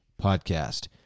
Podcast